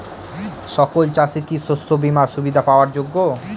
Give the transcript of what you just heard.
সকল চাষি কি শস্য বিমার সুবিধা পাওয়ার যোগ্য?